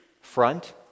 front